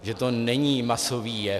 Že to není masový jev.